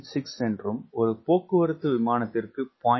6 என்றும் ஒரு போக்குவரத்து விமானத்திற்கு 0